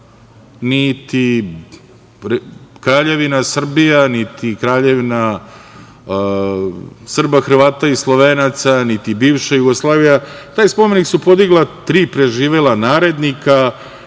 niti Kraljevina Srbija, niti Kraljevina Srba, Hrvata i Slovenaca, niti bivša Jugoslavija, taj spomenik su podigla tri preživela narednika,